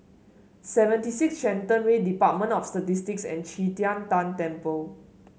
Seventy Six Shenton Way Department of Statistics and Qi Tian Tan Temple